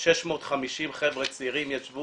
650 חבר'ה צעירים ישבו